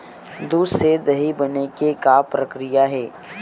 दूध से दही बने के का प्रक्रिया हे?